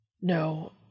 No